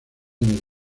años